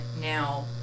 now